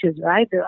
right